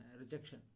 rejection